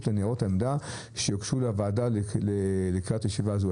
לניירות עמדה שהוגשו לוועדה לקראת ישיבה זו.